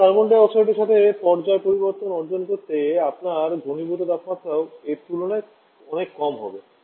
সুতরাং কার্বন ডাই অক্সাইডের সাথে পর্যায় পরিবর্তন অর্জন করতে আপনার ঘনীভূত তাপমাত্রাও এর তুলনায় অনেক কম হতে হবে